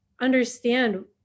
understand